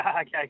Okay